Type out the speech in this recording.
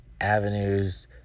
avenues